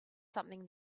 something